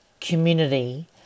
community